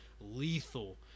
lethal